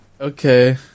Okay